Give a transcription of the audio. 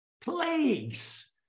Plagues